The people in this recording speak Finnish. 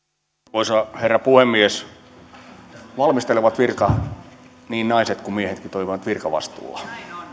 arvoisa herra puhemies valmistelevat virkanaiset ja miehet toimivat virkavastuulla